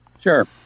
Sure